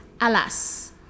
Alas